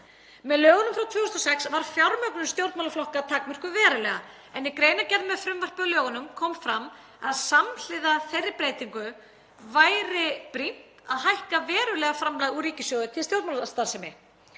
Með lögunum frá 2006 var fjármögnun stjórnmálaflokka takmörkuð verulega en í greinargerð með frumvarpi að lögunum kom fram að samhliða þeirri breytingu væri brýnt að hækka verulega framlag úr ríkissjóði til stjórnmálastarfsemi.